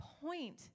point